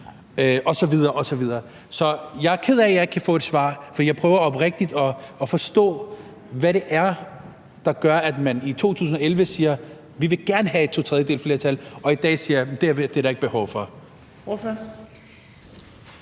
et lovforslag osv. osv. Så jeg er ked af, at jeg ikke kan få et svar, for jeg prøver oprigtigt at forstå, hvad det er, der gør, at man i 2011 siger, at man gerne vil have to tredjedeles flertal, og i dag siger, at det er der ikke behov for.